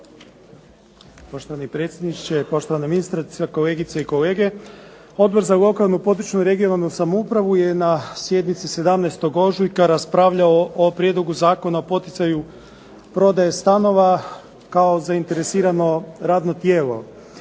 Poštovani predsjedniče, poštovana ministrice, kolegice i kolege. Odbor za lokalnu, područnu (regionalnu) samoupravu je na sjednici 17. ožujka raspravljao o Prijedlogu zakona o poticaju prodaje stanova kao zainteresirano radno tijelo.